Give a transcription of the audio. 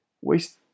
waste